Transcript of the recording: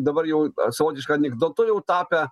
dabar jau savotišku anekdotu jau tapę